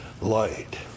light